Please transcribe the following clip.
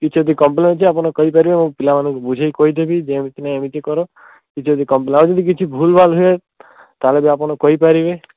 କିଛି ଯଦି କମ୍ପ୍ଲେନ୍ ଅଛି ଆପଣ କହିପାରିବେ ମୁଁ ପିଲାମାନଙ୍କୁ ବୁଝେଇ କହିଦେବି ଯେମତି ନାଇଁ ଏମତି କର କି ଯଦି କମ୍ପ୍ଲେନ୍ ଆହୁରି ବି ଯଦି କିଛି ଭୁଲ୍ଭାଲ୍ ହୁଏ ତାହେଲେ ବି ଆପଣ କହିପାରିବେ